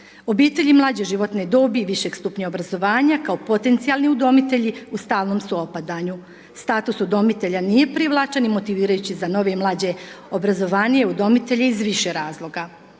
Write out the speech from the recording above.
Obitelji mlađe životne dobi, višeg stupnja obrazovanja, kao potencijalni udomitelji u stalnom su opadanju. Status udomitelja nije privlačan i motivirajući za nove, mlađe obrazovanije udomitelje iz više razloga.